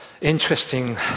interesting